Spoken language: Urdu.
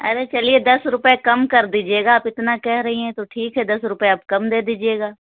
ارے چلیے دس روپیے کم کر دیجیے گا آپ اتنا کم کہہ رہی ہیں تو ٹھیک ہے دس روپیے آپ کم دے دیجیے گا